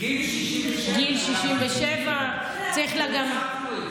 גיל 67, הוספנו את